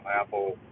apple